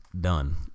done